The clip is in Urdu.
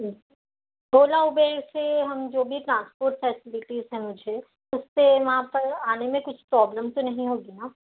اولا اوبیر سے ہم جو بھی ٹرانسپورٹ فیسلٹیز ہیں مجھے اس سے وہاں پر آنے میں کچھ پرابلم تو نہیں ہوگی نا